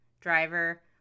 driver